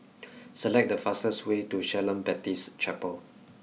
select the fastest way to Shalom Baptist Chapel